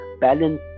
balance